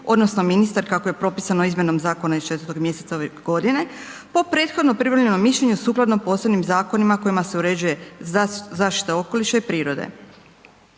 odnosno ministar kako je propisano izmjenom zakona iz 4 mj. ove godine po prethodno pribavljenom mišljenju sukladno posebnim zakonima kojima se uređuje zaštita okoliša i prirode.